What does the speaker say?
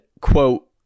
quote